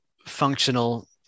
functional